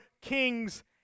kings